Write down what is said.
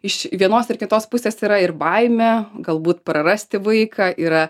iš vienos ir kitos pusės yra ir baimė galbūt prarasti vaiką yra